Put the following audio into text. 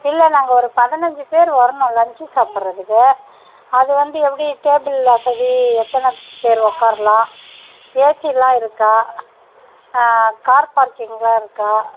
இல்லை நாங்கள் ஒரு பதனஞ்சு பேர் வரணும் லன்சு சாப்புடுறதுக்கு அது வந்து எப்படி டேபிள் வசதி எத்தனை பேர் உக்கார்லாம் ஏசில்லாம் இருக்கா கார் பார்க்கிங்கலாம் இருக்கா